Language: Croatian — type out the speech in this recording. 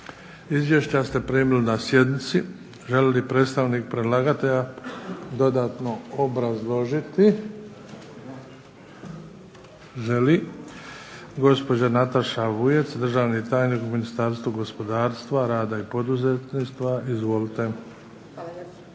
Izvješća ste primili na sjednici. Želi li predstavnik predlagatelja dodatno obrazložiti? Želi. Gospođa Nataša Vujec, državni tajnik u Ministarstvu gospodarstva, rada i poduzetništva. Izvolite.